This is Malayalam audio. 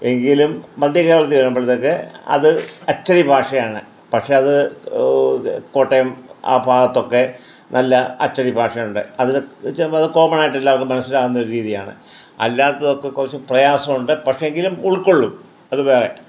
എങ്കിലും മധ്യ കേരളത്തിൽ വരുമ്പളത്തേക്ക് അത് അച്ചടി ഭാഷയാണ് പക്ഷേ അത് കോട്ടയം ആ ഭാഗത്തൊക്കെ നല്ല അച്ചടി ഭാഷയുണ്ട് അത് ചിലപ്പോൾ അത് കോമണായിട്ടെല്ലാവർക്കും മനസ്സിലാകുന്ന ഒരു രീതിയാണ് അല്ലാത്തതൊക്കെ കുറച്ച് പ്രയാസം ഉണ്ട് പക്ഷേ എങ്കിലൂം ഉൾക്കൊള്ളും അത് വേറെ